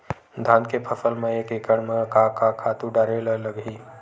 धान के फसल म एक एकड़ म का का खातु डारेल लगही?